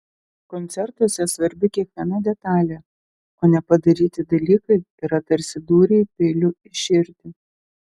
koncertuose svarbi kiekviena detalė o nepadaryti dalykai yra tarsi dūriai peiliu į širdį